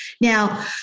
Now